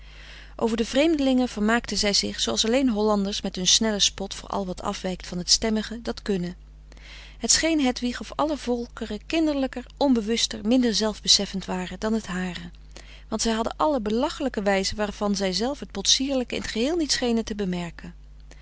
over de vreemdelingen vermaakten zij zich zooals alleen hollanders met hun snellen spot voor al wat afwijkt van het stemmige dat kunnen het scheen hedwig of alle volkeren kinderlijker onbewuster minder zelf beseffend waren dan het hare want zij hadden allen belachelijke wijzen waarvan zij zelf het potsierlijke frederik van eeden van de koele meren des doods in t geheel niet schenen te bemerken